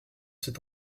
cet